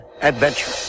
Adventure